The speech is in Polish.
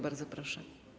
Bardzo proszę.